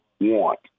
want